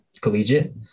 Collegiate